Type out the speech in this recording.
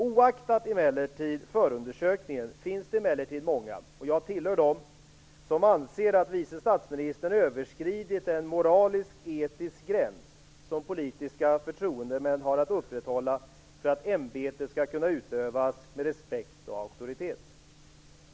Oaktat förundersökningen finns det dock många - jag tillhör dem - som anser att vice statsministern överskridit en moralisk-etisk gräns som politiska förtroendemän har att upprätthålla för att ämbetet skall kunna utövas med respekt och auktoritet.